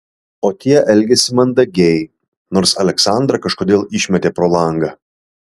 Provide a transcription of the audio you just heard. o tie elgėsi mandagiai nors aleksandrą kažkodėl išmetė pro langą